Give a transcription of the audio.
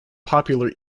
popular